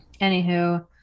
Anywho